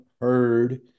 heard